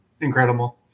incredible